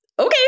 okay